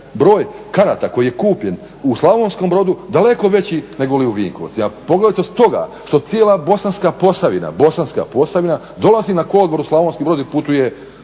broj karata koji je kupljen u Slavonskom Brodu daleko veći negoli u Vinkovcima, poglavito stoga što cijela Bosanska posavina dolazi na kolodvor u Slavonski Brod i putuje